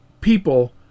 people